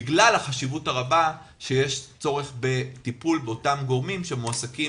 בגלל החשיבות הרבה שיש צורך בטיפול באותם גורמים שמועסקים